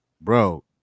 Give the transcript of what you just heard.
Bro